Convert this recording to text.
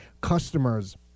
customers